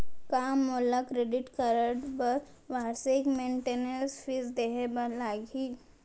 का मोला credit card बर वार्षिक मेंटेनेंस फीस देहे बर लागही?